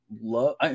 love